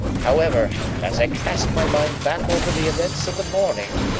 however, as i cast my mind back over the events of the morning,